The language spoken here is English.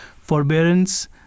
forbearance